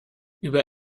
über